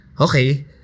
okay